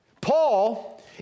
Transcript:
Paul